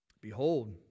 Behold